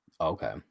Okay